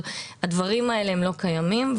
הדברים האלה הם לא קיימים.